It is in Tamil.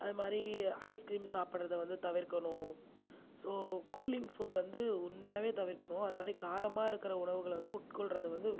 அது மாதிரி ஐஸ் கிரீம் சாப்பிட்றத வந்து தவிர்க்கணும் ஸோ கூலிங் ஃபோவ்ட் வந்து உண்மையாகவே தவிர்க்கணும் அந்த மாதிரி காரமாக இருக்கிற உணவுகளை வந்து உட்கொள்கிறத வந்து